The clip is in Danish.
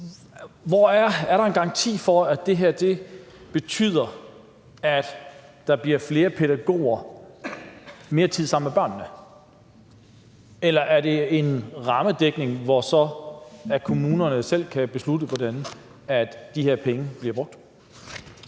Er der en garanti for, at det her betyder, at der kommer flere pædagoger og mere tid sammen med børnene? Eller er det et rammebeløb, hvor kommunerne selv kan beslutte, hvordan de her penge bliver brugt?